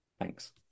Thanks